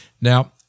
Now